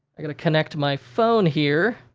i gotta connect my phone here,